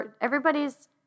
everybody's